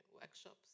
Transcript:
workshops